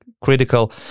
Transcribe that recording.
critical